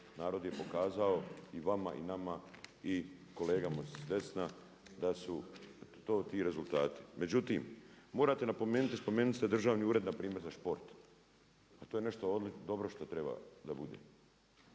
narod je pokazao i vama i nama i kolegama s desna da su to ti rezultati. Međutim, morate napomenuti i spomenuli ste državni ured npr. za šport, a to je nešto dobro što treba da bude.